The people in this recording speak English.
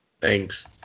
Thanks